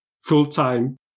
full-time